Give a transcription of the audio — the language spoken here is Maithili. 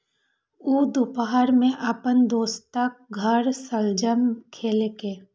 ऊ दुपहर मे अपन दोस्तक घर शलजम खेलकै